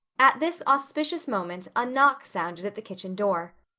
at this auspicious moment a knock sounded at the kitchen door.